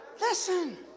Listen